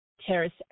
Terrace